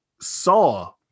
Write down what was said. saw